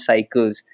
Cycles